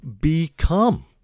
become